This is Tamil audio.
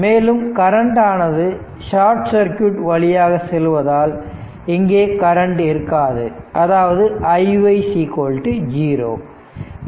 மேலும் கரண்ட் ஆனது ஷார்ட் சர்க்யூட் வழியாக செல்வதால் இங்கே கரண்ட் இருக்காது அதாவது iy 0